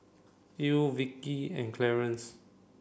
Ell Vickey and Clarence